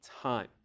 time